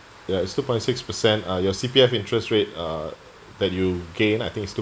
ya it's two point six percent uh your C_P_F interest rate uh that you gain I think it's two